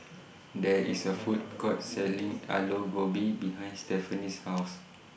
There IS A Food Court Selling Aloo Gobi behind Stephanie's House